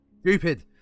stupid